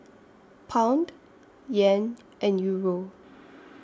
Pound Yen and Euro